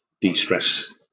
de-stress